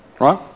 Right